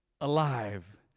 alive